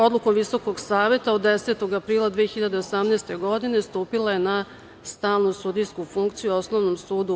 Odlukom Visokog saveta od 10. aprila 2018. godine stupila je na stalnu sudijsku funkciju u Osnovnom sudu u